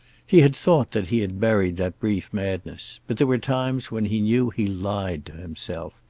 he had thought that he had buried that brief madness, but there were times when he knew he lied to himself.